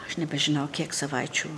aš nebežinau kiek savaičių